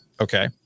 Okay